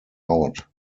out